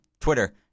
Twitter